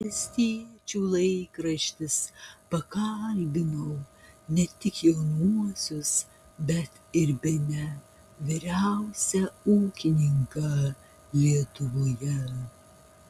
valstiečių laikraštis pakalbino ne tik jaunuosius bet ir bene vyriausią ūkininką lietuvoje